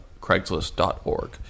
Craigslist.org